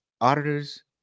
auditors